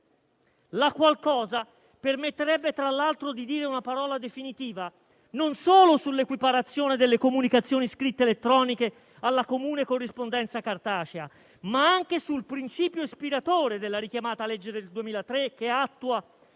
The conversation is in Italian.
la qual cosa permetterebbe tra l'altro di dire una parola definitiva non solo sull'equiparazione delle comunicazioni scritte elettroniche alla comune corrispondenza cartacea, ma anche sul principio ispiratore della richiamata legge del 2003 che attua